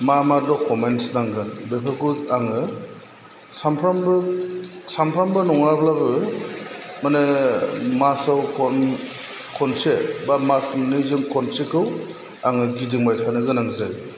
मा मा डकमेन्टस नांगोन बेफोरखौ आङो सानफ्रोमबो सानफ्रोमबो नङाब्लाबो माने मासाव खनसे बा मास मोननैजों खनसेखौ आङो गिदिंबाय थानो गोनां जायो